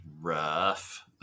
rough